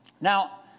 Now